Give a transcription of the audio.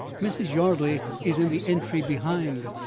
mrs. yardley is in the entry behind.